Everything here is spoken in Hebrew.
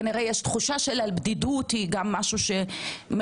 כנראה התחושה של הבדידות היא גם משהו שמאוד